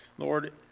Lord